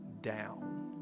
down